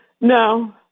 No